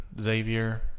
xavier